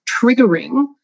triggering